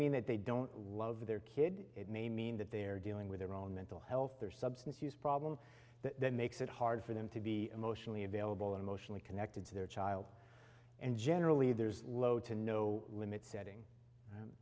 mean that they don't love their kid it may mean that they're dealing with their own mental health or substance use problem that makes it hard for them to be emotionally available emotionally connected to their child and generally there's low to no limit setting and